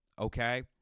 Okay